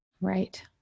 Right